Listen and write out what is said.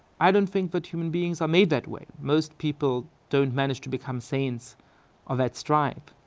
i don't think that human beings are made that way. most people don't manage to become saints of that stripe.